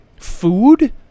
food